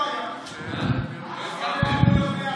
אני יודע שזה, שיהיה משהו שהוא מקובל ביחד.